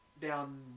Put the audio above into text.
down